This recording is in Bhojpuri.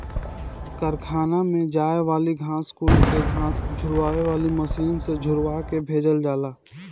कारखाना में जाए वाली घास कुल के घास झुरवावे वाली मशीन से झुरवा के भेजल जाला